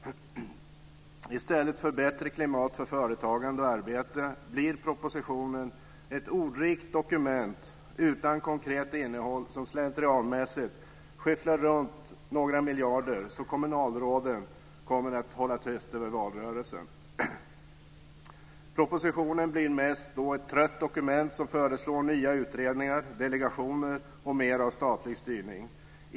I stället för bättre klimat för företagande och arbete blir propositionen ett ordrikt dokument utan konkret innehåll som slentrianmässigt skyfflar runt några miljarder så att kommunalråden kommer att hålla tyst över valrörelsen. Propositionen blir mest ett trött dokument som föreslår nya utredningar, delegationer och mer av statlig styrning.